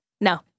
no